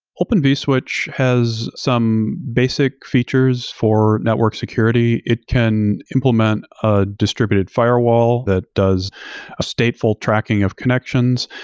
open vswitch has some basic features for network security. it can implement a distributed f irewall that does a stateful tracking of connections.